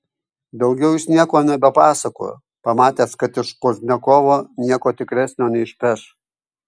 daugiau jis nieko nebepasakojo pamatęs kad iš pozdniakovo nieko tikresnio neišpeš